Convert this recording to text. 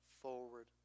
forward